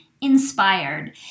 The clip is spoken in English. inspired